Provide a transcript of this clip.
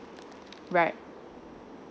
right